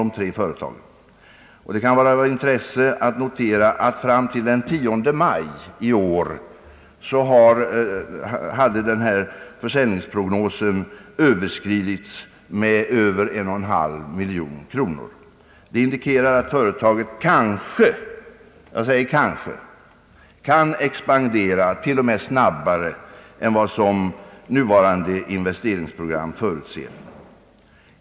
Det kan vara av intresse att notera att fram till den 10 maj i år hade försäljningsprognosen överskridits med över en och en halv miljon kronor. Det antyder att företaget kanske kan expandera t.o.m. snabbare än vad nuvarande investeringsprogram förutser.